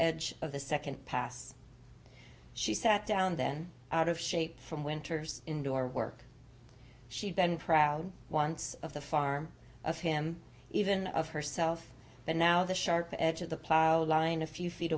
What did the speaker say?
edge of the second pass she sat down then out of shape from winter's indoor work she'd been proud once of the farm of him even of herself but now the sharp edge of the plow line a few feet